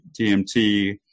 DMT